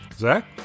Zach